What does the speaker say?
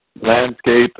landscape